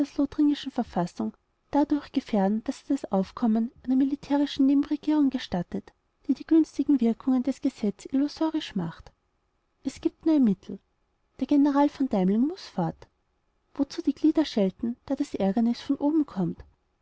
elsaß-lothringischen verfassung dadurch gefährden daß er das aufkommen einer militärischen nebenregierung gestattet die die günstigen wirkungen des gesetzes illusorisch macht es gibt nur ein mittel der general von deimling muß fort wozu die glieder schelten da das ärgernis von oben kommt